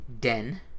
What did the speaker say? den